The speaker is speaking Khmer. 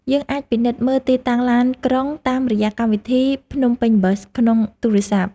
យើងអាចពិនិត្យមើលទីតាំងឡានក្រុងតាមរយៈកម្មវិធី "Phnom Penh Bus" ក្នុងទូរស័ព្ទ។